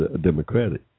Democratic